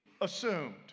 assumed